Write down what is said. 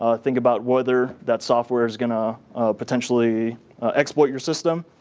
ah think about whether that software is going to potentially exploit your system.